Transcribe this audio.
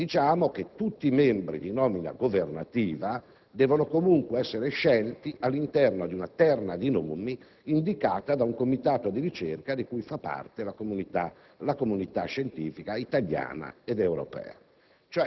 sostanza, che tutti i membri di nomina governativa devono comunque essere scelti all'interno di una terna di nomi indicata da un comitato di ricerca di cui fa parte la comunità scientifica italiana ed europea.